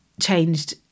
changed